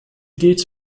geht